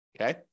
okay